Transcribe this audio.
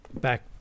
Back